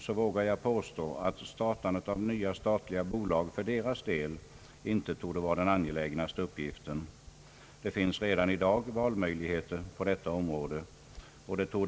Jag vågar därför påstå att startandet av nya statliga bolag i det här sammanhanget inte torde vara den mest angelägna uppgiften. Det finns redan i dag valmöjligheter på detta område.